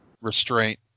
restraint